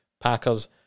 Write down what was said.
Packers